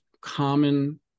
common